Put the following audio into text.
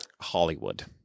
hollywood